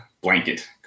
blanket